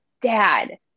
Dad